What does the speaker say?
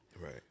Right